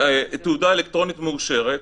לתעודה אלקטרונית מאושרת.